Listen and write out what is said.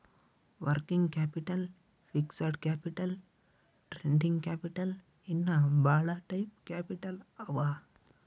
working capital, fixed capital, trading capital ಇನ್ನಾ ಭಾಳ type capital ಅವಾ